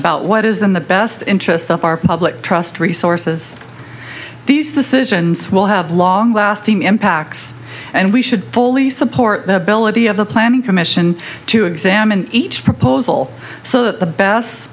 about what is in the best interest of our public trust resources these the citizens will have long lasting impacts and we should fully support the ability of the planning commission to examine each proposal so that the bess